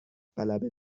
غلبه